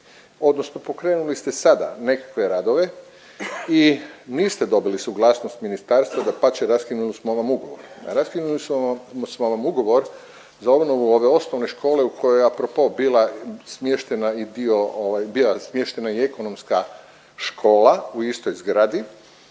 odnosno pokrenuli ste sada nekakve radove i niste dobili suglasnost ministarstva, dapače raskinuli smo vam ugovor. Raskinuli smo vam ugovor za obnovu ove osnovne škole u kojoj je apropo bila smještena i dio ovaj, bila smještena i